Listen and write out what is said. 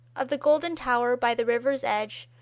of the golden tower by the river's edge,